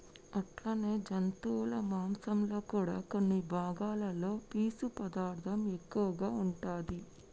అట్లనే జంతువుల మాంసంలో కూడా కొన్ని భాగాలలో పీసు పదార్థం ఎక్కువగా ఉంటాది